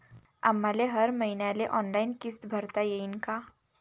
आम्हाले हर मईन्याले ऑनलाईन किस्त भरता येईन का?